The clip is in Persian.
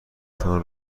تان